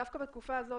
דווקא בתקופה הזאת,